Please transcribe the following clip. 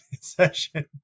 session